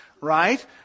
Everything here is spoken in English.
right